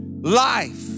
life